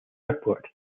airport